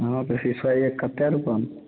हँ तऽ सिसोये क कतेक रूपामे